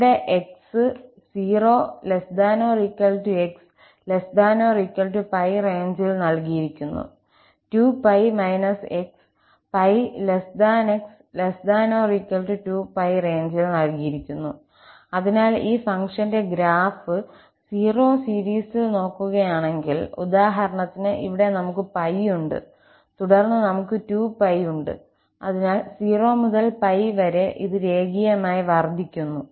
ഇവിടെ x 0 ≤ 𝑥 ≤ 𝜋 റേഞ്ചിൽ നൽകിയിരിക്കുന്നു 2𝜋 − 𝑥 𝜋 𝑥 ≤ 2𝜋 റേഞ്ചിൽ നൽകിയിരിക്കുന്നു അതിനാൽ ഈ ഫംഗ്ഷന്റെ ഗ്രാഫ് 0 സീരീസിൽ നോക്കുകയാണെങ്കിൽ ഉദാഹരണത്തിന് ഇവിടെ നമുക്ക് 𝜋 ഉണ്ട് തുടർന്ന് നമുക്ക് 2𝜋 ഉണ്ട് അതിനാൽ 0 മുതൽ 𝜋 വരെ ഇത് രേഖീയമായി വർദ്ധിക്കുന്നു